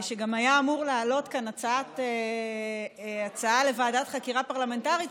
שגם היה אמור להעלות הצעה לוועדת חקירה פרלמנטרית,